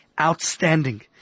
outstanding